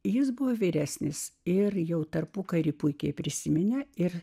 jis buvo vyresnis ir jau tarpukaryje puikiai prisiminė ir